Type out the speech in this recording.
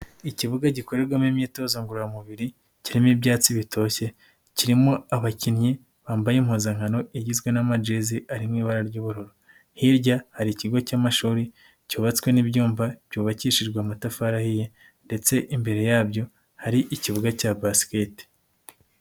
Ikibuga gikorerwamo imyitozo ngororamubiri kirimo ibyatsi bitoshye, kirimo abakinnyi bambaye impuzankano igizwe n'amajezi ari mu ibara ry'ubururu. Hirya hari ikigo cy'amashuri cyubatswe, ni ibyumba cyubakishijwe amatafari ahiye, ndetse imbere yabyo hari ikibuga cya basiketi.